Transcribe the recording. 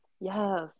Yes